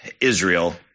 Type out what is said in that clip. Israel